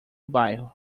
bairro